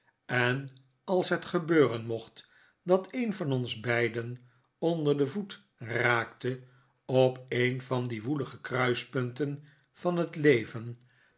en als het gebeuren moeht dat een van ons beiden onder den voet raakte op een van die woelige kruispunten van het leven